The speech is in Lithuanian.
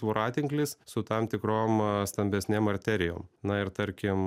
voratinklis su tam tikrom stambesnėm arterijom na ir tarkim